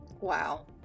Wow